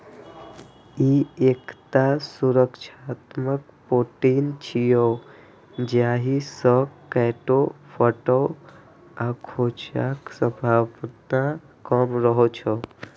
ई एकटा सुरक्षात्मक प्रोटीन छियै, जाहि सं कटै, फटै आ खोंचक संभावना कम रहै छै